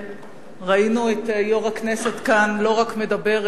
וכשראינו את יושב-ראש הכנסת כאן לא רק מדבר,